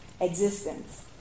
existence